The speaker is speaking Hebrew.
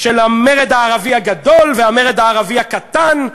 של המרד הערבי הגדול והמרד הערבי הקטן,